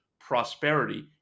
prosperity